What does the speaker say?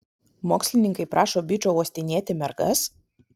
mokslininkai prašo bičo uostinėti mergas